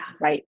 right